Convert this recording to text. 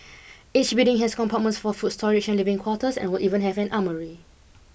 each building has compartments for food storage and living quarters and would even have an armoury